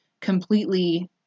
completely